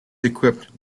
equipped